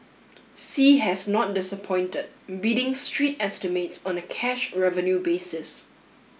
sea has not disappointed beating street estimates on a cash revenue basis